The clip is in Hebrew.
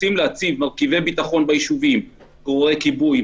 רוצה להציג מרכיבי ביטחון בישובים כיבוי,